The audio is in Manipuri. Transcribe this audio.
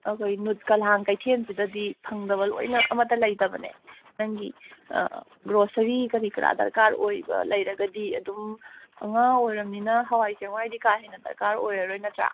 ꯑꯗꯨꯒ ꯅꯨꯠ ꯀꯂꯥꯡ ꯀꯩꯊꯦꯟꯁꯤꯗꯗꯤ ꯐꯪꯗꯕ ꯂꯣꯏꯅ ꯑꯃꯇ ꯂꯩꯇꯕꯅꯦ ꯅꯪꯒꯤ ꯒ꯭ꯔꯣꯁꯥꯔꯤ ꯀꯔꯤ ꯀꯔꯥ ꯗꯔꯀꯥꯔ ꯑꯣꯏꯕ ꯂꯩꯔꯒꯗꯤ ꯑꯗꯨꯝ ꯉꯥ ꯑꯣꯏꯔꯝꯅꯤꯅ ꯍꯋꯥꯏ ꯆꯦꯡꯋꯥꯏꯗꯤ ꯀꯥ ꯍꯦꯟꯅ ꯗꯔꯀꯥꯔ ꯑꯣꯏꯔꯔꯣꯏ ꯅꯠꯇ꯭ꯔꯥ